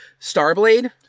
Starblade